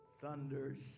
thunders